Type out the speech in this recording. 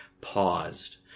paused